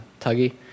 Tuggy